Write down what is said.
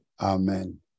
Amen